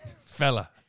fella